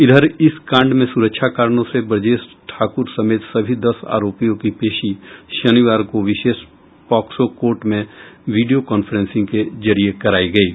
इधर इस कांड में सुरक्षा कारणों से ब्रजेश ठाकुर समेत सभी दस आरोपियों की पेशी शनिवार को विशेष पॉक्सो कोर्ट में वीडियो कॉफ्रेंसिंग के जरिये करायी गयी